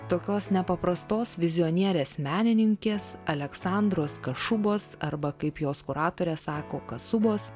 tokios nepaprastos vizionierės menininkės aleksandros kašubos arba kaip jos kuratorė sako kasubos